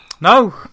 No